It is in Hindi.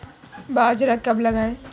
बाजरा कब लगाएँ?